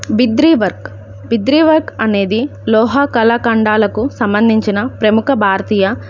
Bidri work Bidri work అనేది లోహ కళాఖండాలకు సంబంధించిన ప్రముఖ భారతీయ